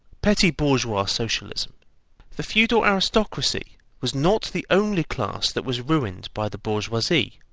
petty-bourgeois socialism the feudal aristocracy was not the only class that was ruined by the bourgeoisie,